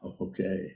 Okay